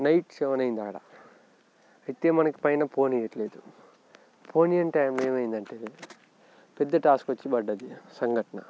night seven అయ్యింది అక్కడ అయితే మనకి పైన పోనీయట్లేదు పోనీ అంటే అక్కడ ఏమైందంటే పెద్ద టాస్క్ వచ్చి పడ్డది సంఘటన